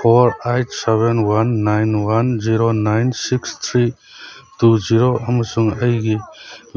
four eight seven one nine one zero nine six three two zero ꯑꯃꯁꯨꯡ ꯑꯩꯒꯤ